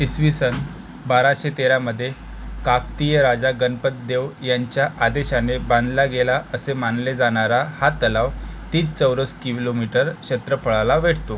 इसवी सन बाराशे तेरामध्ये काकतीय राजा गणपतिदेव यांच्या आदेशाने बांधला गेला असे मानले जाणारा हा तलाव तीस चौरस किलोमीटर क्षेत्रफळाला वेढतो